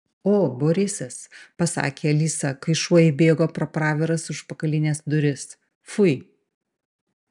o borisas pasakė alisa kai šuo įbėgo pro praviras užpakalines duris fui